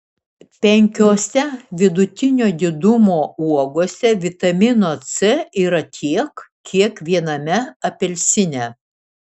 penkiose vidutinio didumo uogose vitamino c yra tiek kiek viename apelsine